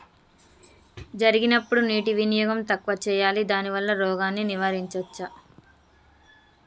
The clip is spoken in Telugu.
జరిగినప్పుడు నీటి వినియోగం తక్కువ చేయాలి దానివల్ల రోగాన్ని నివారించవచ్చా?